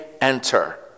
enter